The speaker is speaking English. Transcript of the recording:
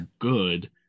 good